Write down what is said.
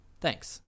Thanks